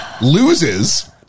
loses